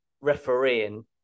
refereeing